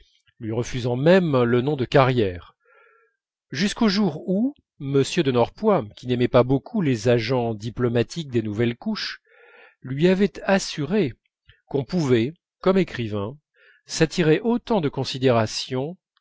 lui refusant même le nom de carrière jusqu'au jour où m de norpois qui n'aimait pas beaucoup les agents diplomatiques des nouvelles couches lui avait assuré qu'on pouvait comme écrivain s'attirer autant de considération